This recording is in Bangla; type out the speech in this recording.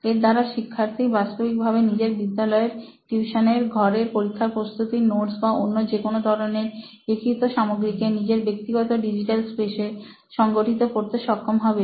এর দ্বারা শিক্ষার্থী বাস্তবিক ভাবে নিজের বিদ্যালয়ের টিউশনের ঘরের পরীক্ষার প্রস্তুতির নোটস বা অন্য যে কোনো ধরনের লিখিত সামগ্রীকে নিজের ব্যক্তিগত ডিজিটাল স্পেসে সংগঠিত করতে সক্ষম হবে